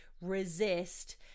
resist